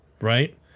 right